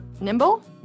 nimble